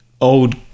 old